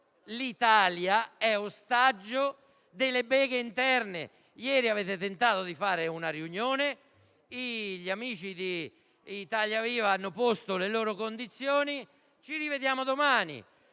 l'Italia è ostaggio delle vostre beghe interne. Ieri avete tentato di fare una riunione, gli amici di Italia Viva hanno posto le loro condizioni e avete deciso